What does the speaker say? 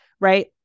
right